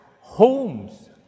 homes